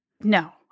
no